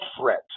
threat